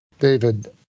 David